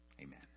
Amen